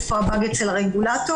איפה הבאג אצל הרגולטור,